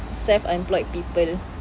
self-employed people